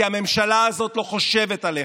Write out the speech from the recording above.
כי הממשלה הזאת לא חושבת עליכם.